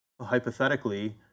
hypothetically